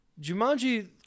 Jumanji